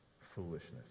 foolishness